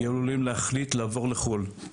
יהיו עלולים להחליט לעבור לחו"ל,